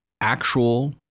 actual